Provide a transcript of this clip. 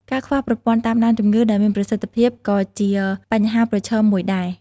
ការខ្វះប្រព័ន្ធតាមដានជំងឺដែលមានប្រសិទ្ធភាពក៏ជាបញ្ហាប្រឈមមួយដែរ។